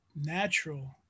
natural